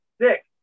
six